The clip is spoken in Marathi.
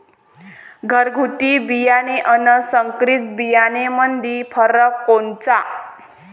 घरगुती बियाणे अन संकरीत बियाणामंदी फरक कोनचा?